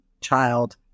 child